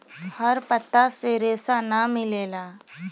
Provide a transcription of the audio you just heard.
हर पत्ता से रेशा ना मिलेला